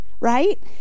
Right